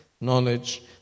knowledge